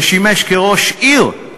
ששימש ראש עיר,